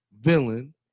villain